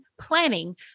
planning